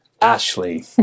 Ashley